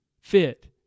fit